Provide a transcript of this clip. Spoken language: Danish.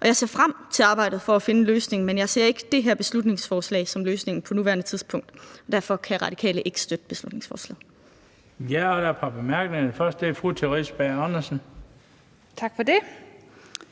og jeg ser frem til arbejdet for at finde en løsning, men jeg ser ikke det her beslutningsforslag som løsningen på nuværende tidspunkt. Derfor kan Radikale ikke støtte beslutningsforslaget.